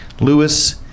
lewis